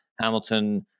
Hamilton